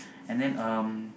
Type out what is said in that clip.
and then um